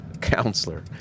counselor